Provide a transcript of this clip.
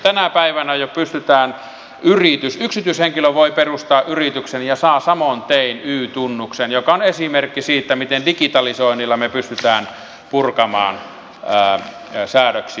tänä päivänä jo yksityishenkilö voi perustaa yrityksen ja saa samoin tein y tunnuksen mikä on esimerkki siitä miten digitalisoinnilla me pystymme purkamaan säädöksiä